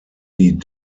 die